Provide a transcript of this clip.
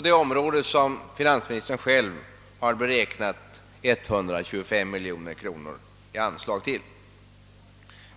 vilket finansministern själv har beräknat 125 miljoner kronor i anslag.